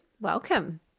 Welcome